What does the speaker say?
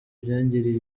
byagiriye